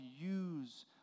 use